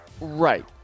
Right